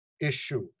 issue